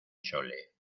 chole